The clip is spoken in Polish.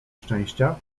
szczęścia